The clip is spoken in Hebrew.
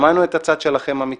שמענו את הצד שלכם, המתמחים,